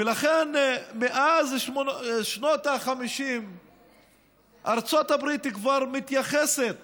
ולכן מאז שנות ה-50 ארצות הברית כבר מתייחסת